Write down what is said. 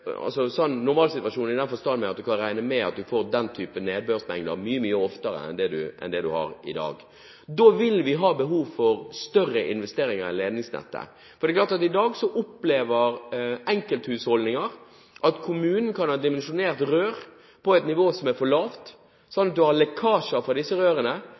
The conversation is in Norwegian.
at man kan regne med at man får den typen nedbørsmengder mye, mye oftere enn det man har i dag. Da vil vi ha behov for større investeringer i ledningsnettet. I dag opplever enkelthusholdninger at kommunen kan ha dimensjonert rør på et nivå som er for lavt,